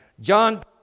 John